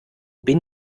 bin